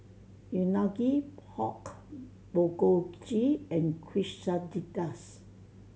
Unagi Pork Bulgogi and Quesadillas